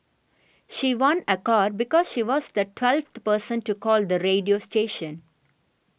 she won a car because she was the twelfth person to call the radio station